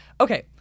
Okay